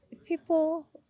People